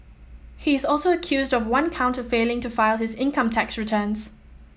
he is also accused of one count of failing to file his income tax returns